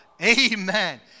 Amen